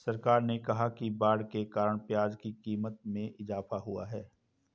सरकार ने कहा कि बाढ़ के कारण प्याज़ की क़ीमत में इजाफ़ा हुआ है